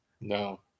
No